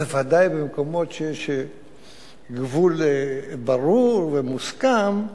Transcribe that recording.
בוודאי במקומות שיש בהם גבול ברור ומוסכם,